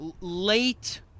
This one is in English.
Late